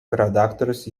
redaktorius